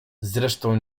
zresztą